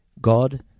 God